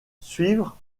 suivre